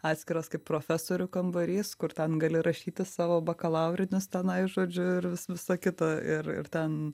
atskiras kaip profesorių kambarys kur ten gali rašyti savo bakalaurinius tenai žodžiu ir visa kita ir ir ten